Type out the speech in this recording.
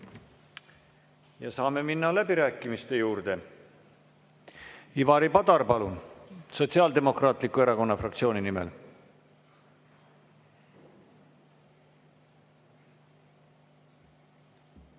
Saame minna läbirääkimiste juurde. Ivari Padar, palun! Sotsiaaldemokraatliku Erakonna fraktsiooni nimel.